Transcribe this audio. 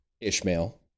Ishmael